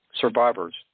survivors